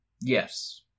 Yes